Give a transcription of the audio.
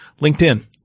LinkedIn